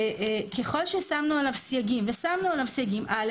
ככל ששמנו עליו סייגים, ועשינו זאת